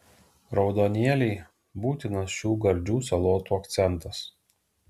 raudonėliai būtinas šių gardžių salotų akcentas